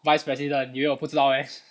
vice president 你以为我不知道 meh